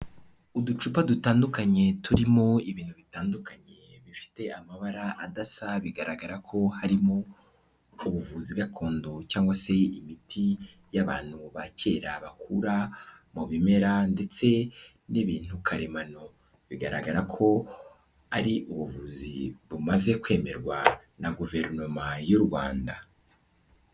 Uducupa dutandukanye, turimo ibintu bitandukanye bifite amabara adasa, bigaragara ko harimo ubuvuzi gakondo, cyangwa se imiti y'abantu ba kera bakura mu bimera, ndetse n'ibintu karemano, bigaragara ko ari ubuvuzi bumaze kwemerwa, na guverinoma y'u Rwanda.